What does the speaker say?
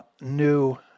new